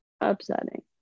upsetting